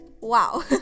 Wow